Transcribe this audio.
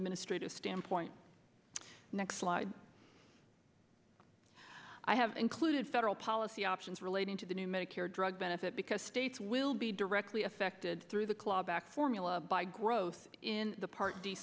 administrative standpoint next slide i have included federal policy options relating to the new medicare drug benefit because states will be directly affected through the clawback formula by growth in part d